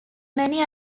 many